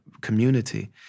community